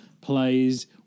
plays